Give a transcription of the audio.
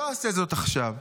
"לא אעשה זאת עכשיו.